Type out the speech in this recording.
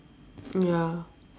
ya